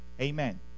Amen